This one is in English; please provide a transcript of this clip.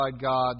God